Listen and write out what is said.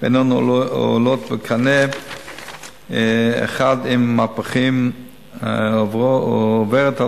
ואינן עולות בקנה אחד עם המהפכה העוברת על